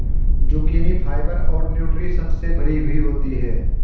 zucchini fibre और nutritions से भरी हुई होती है